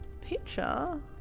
picture